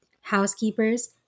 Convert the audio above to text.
housekeepers